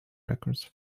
records